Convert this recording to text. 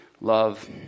love